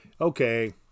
okay